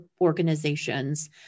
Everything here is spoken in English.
organizations